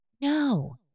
no